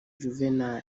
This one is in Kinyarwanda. juvenal